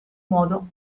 modo